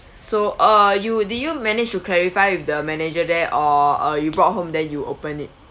so uh you did you manage to clarify with the manager there or uh you brought home then you open it